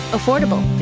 Affordable